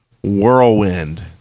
whirlwind